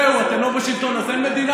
זהו, אתם לא בשלטון אז אין מדינה?